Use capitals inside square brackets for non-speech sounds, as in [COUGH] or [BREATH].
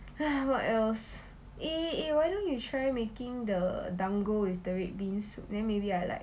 [BREATH] what else eh eh eh why don't you try making the dango with the red bean soup then maybe I like